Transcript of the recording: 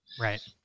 right